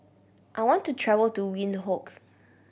I want to travel to Windhoek